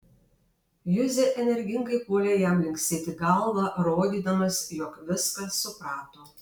juzė energingai puolė jam linksėti galva rodydamas jog viską suprato